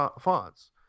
fonts